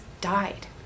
died